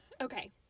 Okay